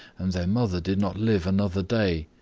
and their mother did not live another day.